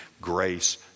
grace